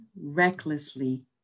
recklessly